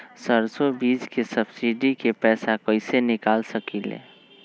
सरसों बीज के सब्सिडी के पैसा कईसे निकाल सकीले?